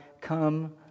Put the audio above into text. Come